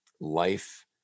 life